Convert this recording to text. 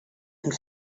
and